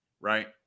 right